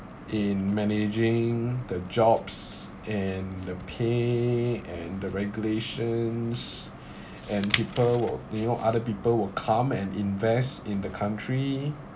in managing the jobs and the pay and the regulations and people would you know other people would come and invest in the country